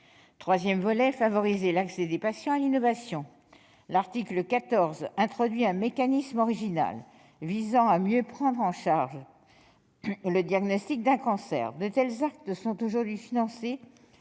consiste à favoriser l'accès des patients à l'innovation. L'article 14 introduit un mécanisme original visant à mieux prendre en charge le diagnostic d'un cancer. De tels actes sont aujourd'hui financés